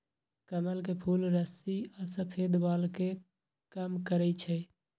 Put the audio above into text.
कमल के फूल रुस्सी आ सफेद बाल के कम करई छई